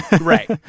right